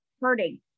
hurting